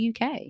uk